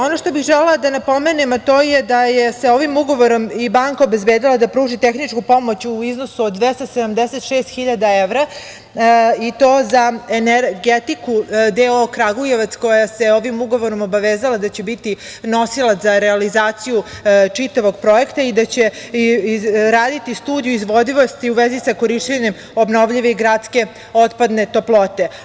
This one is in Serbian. Ono što bih želela da napomenem, to je da se ovim ugovorom i banka obezbedila da pruži tehničku pomoć u iznosu od 276.000 evra i to za Energetiku d.o.o Kragujevac, koja se ovim ugovorom obavezala da će biti nosilac za realizaciju čitavog projekta i da će raditi studiju izvodljivosti i u vezi sa korišćenjem obnovljive i gradske otpadne toplote.